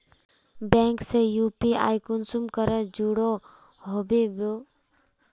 Bank से UPI कुंसम करे जुड़ो होबे बो?